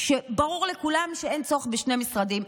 וברור לכולם שאין צורך בשני משרדים,